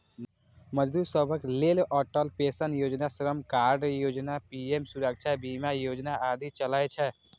मजदूर सभक लेल अटल पेंशन योजना, श्रम कार्ड योजना, पीएम सुरक्षा बीमा योजना आदि चलै छै